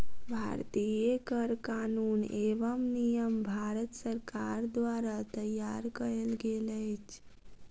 भारतीय कर कानून एवं नियम भारत सरकार द्वारा तैयार कयल गेल अछि